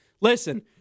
Listen